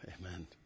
Amen